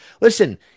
listen